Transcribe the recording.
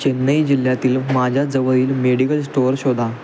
चेन्नई जिल्ह्यातील माझ्याजवळील medical store शोधा